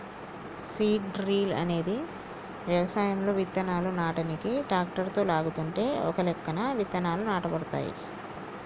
seed drill అనేది వ్యవసాయంలో విత్తనాలు నాటనీకి ట్రాక్టరుతో లాగుతుంటే ఒకలెక్కన విత్తనాలు నాటబడతాయి